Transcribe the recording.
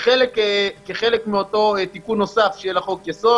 כחלק מאותו תיקון נוסף לחוק יסוד